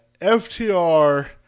FTR